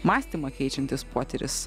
mąstymą keičiantis potyris